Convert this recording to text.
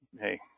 hey